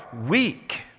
weak